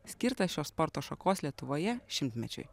skirtą šio sporto šakos lietuvoje šimtmečiui